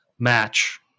match